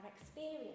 experience